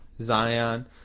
Zion